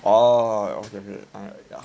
orh okay okay I ya